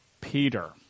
Peter